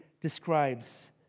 describes